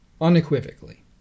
unequivocally